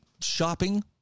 shopping